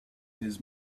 his